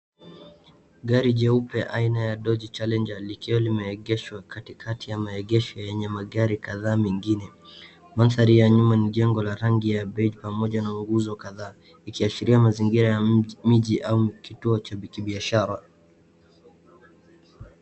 Gari jeupe aina ya Dodge Challenger likiwa limeegeshwa katikati ya maegesho yenye magari kadhaa mengine. Mandhari ya nyuma ni jengo la rangi ya bej pamoja na nguzo kadhaa. Ikiashiria mazingira ya miji au kituo cha kibiashara.